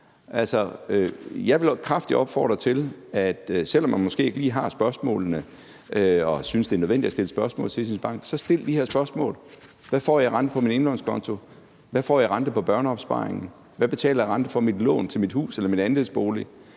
Jeg vil kraftigt opfordre til, at man, selv om man måske ikke lige har spørgsmålene eller synes, at det er nødvendigt at stille spørgsmål til sin bank, stiller de her spørgsmål. Det kan f.eks. være: Hvad får jeg i rente på min indlånskonto? Hvad får jeg i rente på børneopsparingen? Hvad betaler jeg i rente for mit lån til mit hus eller min andelsbolig?